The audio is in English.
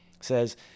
says